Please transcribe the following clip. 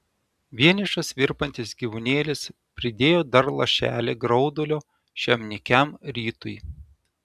vienišas virpantis gyvūnėlis pridėjo dar lašelį graudulio šiam nykiam rytui